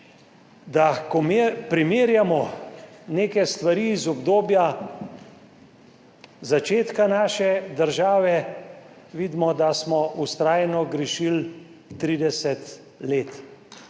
da ko mi primerjamo neke stvari iz obdobja začetka naše države vidimo, da smo vztrajno grešili 30 let.